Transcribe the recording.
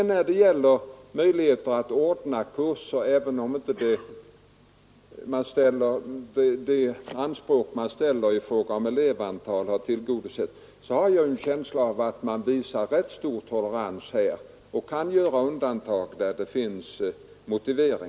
När det gäller möjligheterna att anordna kurser vill jag säga att jag har en känsla av att man visar en stor tolerans och gör undantag från de krav som uppställts på elevantal och annat när motiv därför föreligger.